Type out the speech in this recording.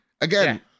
Again